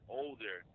older